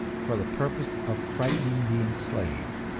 for the purpose of frightening the enslaved.